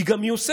היא גם מיושמת.